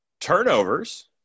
turnovers